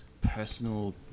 personal